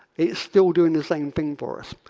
it's still doing the same thing for us.